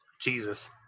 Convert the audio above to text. Jesus